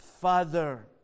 Father